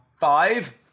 five